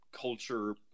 Culture